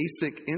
basic